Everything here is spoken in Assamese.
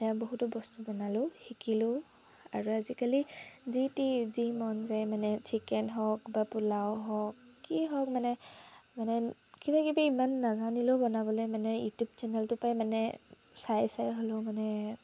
সেয়া বহুতো বস্তু বনালো শিকিলো আৰু আজিকালি যিটি যি মন যায় মানে চিকেন হওক বা পোলাও হওক কি হওক মানে মানে কিবাকিবি ইমান নাজানিলেও বনাবলৈ মানে ইউটিউব চেনেলটোপাই মানে চাই চাই হলেও মানে